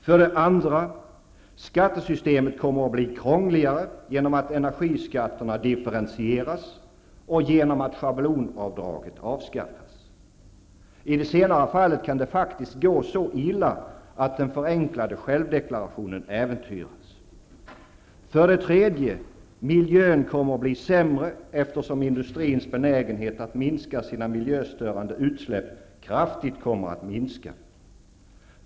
För det andra kommer skattesystemet att bli krångligare genom att energiskatterna differentieras och genom att schablonavdraget avskaffas. I det senare fallet kan det faktiskt gå så illa, att den förenklade självdeklarationen äventyras. För det tredje kommer miljön att bli sämre, eftersom industrins benägenhet att minska sina miljöstörande utsläpp kraftigt kommer att minska.